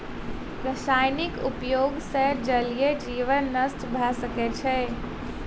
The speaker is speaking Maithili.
रासायनिक उपयोग सॅ जलीय जीवन नष्ट भ सकै छै